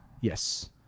Yes